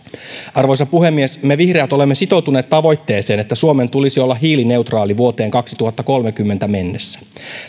arvoisa puhemies me vihreät olemme sitoutuneet tavoitteeseen että suomen tulisi olla hiilineutraali vuoteen kaksituhattakolmekymmentä mennessä